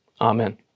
Amen